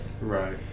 Right